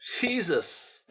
jesus